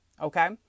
Okay